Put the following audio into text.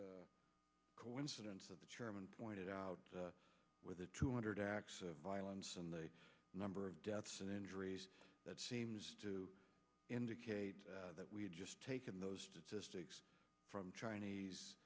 e coincidence of the chairman pointed out with the two hundred acts of violence and the number of deaths and injuries that seems to indicate that we had just taken those statistics from